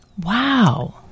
Wow